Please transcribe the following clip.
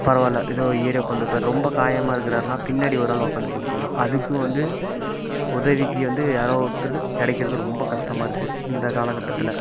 பரவாயில்லை எதோ ஏறி உட்காந்துப்பாரு ரொம்ப காயமாக இருக்குறாருனா பின்னாடி ஒரு ஆள் உட்காந்து பிடிச்சிக்கிணும் அதுக்கும் வந்து உதவிக்கு வந்து யாரோ ஒருத்தர் கிடைக்கிறது ரொம்ப கஷ்டமாக இருக்கு இந்த காலக்கட்டத்தில்